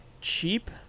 cheap